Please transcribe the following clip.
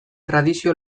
tradizio